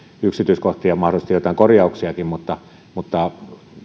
yksityiskohtia mahdollisesti jotain korjauksiakin mutta mutta